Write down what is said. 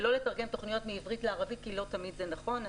ולא לתרגם תוכניות מעברית לערבית כי לא תמיד זה נכון.